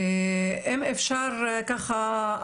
אם אפשר ככה,